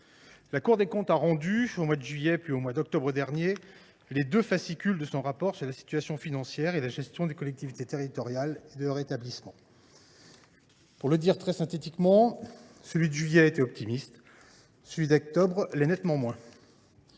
la Cour des comptes a rendu au mois de juillet, puis au mois d’octobre dernier, les deux fascicules de son rapport sur la situation financière et la gestion des collectivités territoriales et de leurs établissements. Pour le dire très synthétiquement : celui de juillet était optimiste ; celui d’octobre l’est nettement moins.